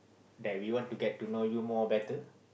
that we want to get to know you more better